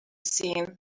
seen